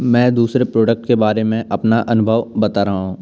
मैं दूसरे प्रोडक्ट के बारे में अपना अनुभव बता रहा हूँ